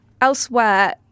Elsewhere